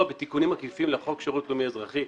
בתיקונים עקיפים לחוק שירות לאומי אזרחי.